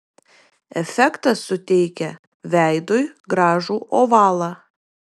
efektas suteikia veidui gražų ovalą